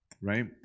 right